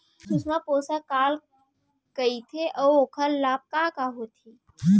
सुषमा पोसक काला कइथे अऊ ओखर लाभ का का होथे?